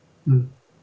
mm